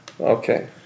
Okay